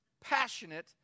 passionate